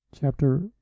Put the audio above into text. Chapter